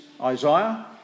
Isaiah